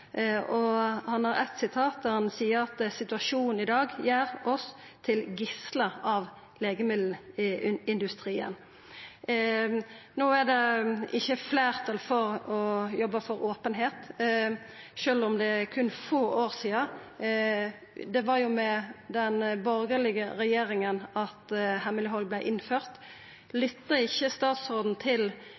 seier han at situasjonen i dag gjer oss til gislar av legemiddelindustrien. No er det ikkje fleirtal for å jobba for openheit, sjølv om det er berre få år sidan – det var jo med den borgarlege regjeringa – at hemmeleghald vart innført. Lyttar ikkje statsråden til